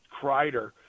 Kreider